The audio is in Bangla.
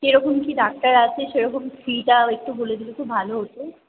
কীরকম কী ডাক্তার আছে সেরকম ফিটাও একটু বলে দিলে খুব ভালো হতো